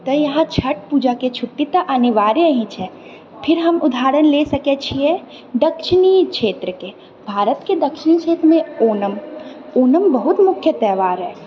तऽ यहाँ छठ पूजाके छुट्टी तऽ अनिवार्य ही छै फिर हम उदाहरण लए सकै छियै दक्षिणी क्षेत्रके भारतके दक्षिणी क्षेत्रमे ओणम ओणम बहुत मुख्य त्यौहार अइ